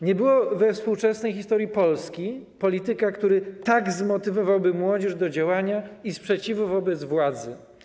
Nie było we współczesnej historii Polski polityka, który tak zmotywowałby młodzież do działania i sprzeciwu wobec władzy.